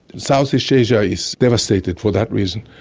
southeast asia is devastated for that reason.